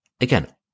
again